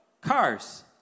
cars